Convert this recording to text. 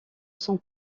sans